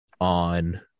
on